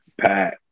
Pat